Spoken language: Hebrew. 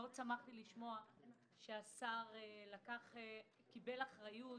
שמחתי לשמוע שהשר קיבל אחריות